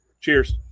Cheers